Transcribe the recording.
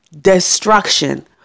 destruction